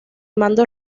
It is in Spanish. mando